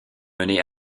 menés